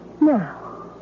Now